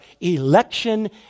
election